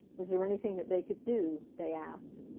was there anything that they could do? they asked.